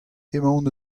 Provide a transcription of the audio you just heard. emaon